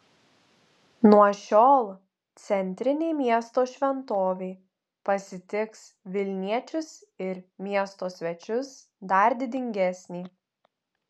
nuo šiol centrinė miesto šventovė pasitiks vilniečius ir miesto svečius dar didingesnė